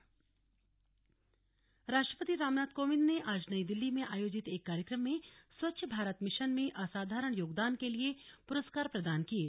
स्वच्छता पुरस्कार राष्ट्रपति राष्ट्रपति रामनाथ कोविंद ने आज नई दिल्ली में आयोजित एक कार्यक्रम में स्वच्छव भारत मिशन में असाधारण योगदान के लिए पुरस्कारर प्रदान किये